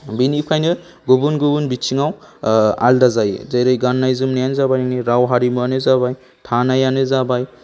बेनिफ्रायनो गुबुन गुबुन बिथिङाव आलादा जायो जेरै गाननाय जोमनायानो जाबाय नोंनि राव हारिमुआनो जाबाय थानायानो जाबाय